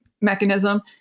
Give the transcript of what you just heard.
mechanism